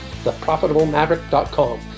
theprofitablemaverick.com